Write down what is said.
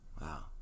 Wow